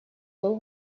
был